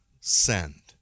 send